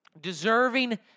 Deserving